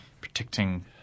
protecting